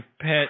pet